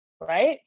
right